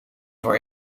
voor